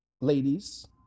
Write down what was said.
ladies